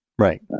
Right